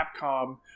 Capcom